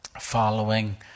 following